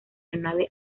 aeronave